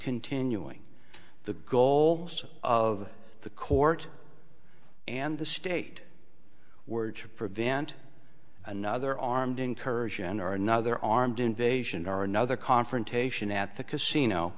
continuing the goals of the court and the state were to prevent another armed incursion or another armed invasion or another confrontation at the casino